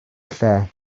lle